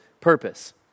purpose